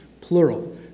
plural